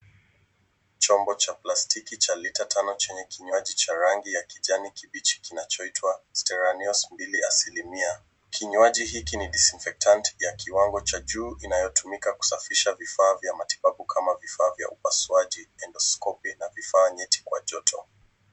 Chombo cha plastiki cha lita tano chenye kinywaji cha rangi ya kijani kibichi kinachoitwa Steranios 2%.Kinywaji hiki ni disinfectant ya kiwango cha juu inayotumika kusafisha vifaa vya matibabu kama vile vya upasuaji endoscopy na vifaa nyeti kwa joto.